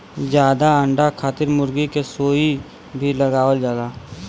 जादा अंडा खातिर मुरगी के सुई भी लगावल जाला